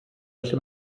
felly